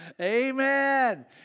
Amen